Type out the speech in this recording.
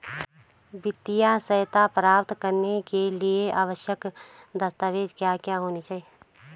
वित्तीय सहायता प्राप्त करने के लिए आवश्यक दस्तावेज क्या क्या होनी चाहिए?